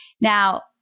Now